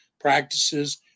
practices